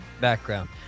background